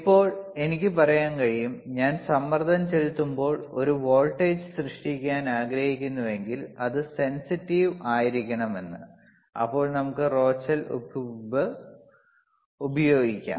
ഇപ്പോൾ എനിക്ക് പറയാൻ കഴിയും ഞാൻ സമ്മർദ്ദം ചെലുത്തുമ്പോൾ ഒരു വോൾട്ടേജ് സൃഷ്ടിക്കാൻ ആഗ്രഹിക്കുന്നുവെങ്കിൽ അത് സെൻസിറ്റീവ് ആയിരിക്കണം എന്ന് അപ്പോൾ നമുക്ക് റോച്ചൽ ഉപ്പ് ഉപയോഗിക്കാം